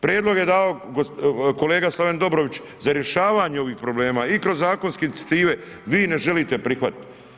Prijedlog je dao kolega Slaven Dobrović za rješavanje ovih problema i kroz zakonske inicijative, vi ne želite prihvatiti.